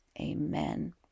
amen